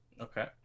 Okay